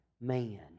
man